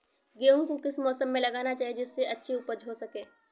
गेहूँ को किस मौसम में लगाना चाहिए जिससे अच्छी उपज हो सके?